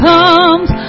Comes